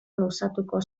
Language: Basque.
luzatuko